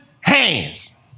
hands